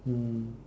mm